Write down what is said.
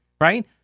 Right